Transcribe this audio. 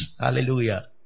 Hallelujah